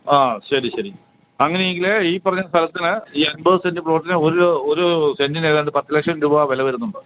ആ ശരി ശരി അങ്ങനെയെങ്കില് ഈ പറഞ്ഞ സ്ഥലത്തിന് ഈ അമ്പത് സെൻറ് പ്ലോട്ടിന് ഒരു സെൻറ്റിന് ഏതാണ്ട് പത്ത് ലക്ഷം രൂപ വില വരുന്നുണ്ട്